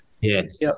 Yes